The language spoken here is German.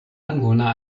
anwohner